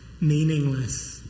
meaningless